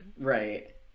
right